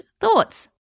thoughts